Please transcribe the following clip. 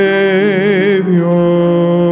Savior